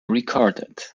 recorded